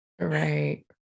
Right